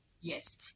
Yes